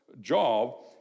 job